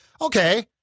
okay